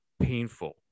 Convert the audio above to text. painful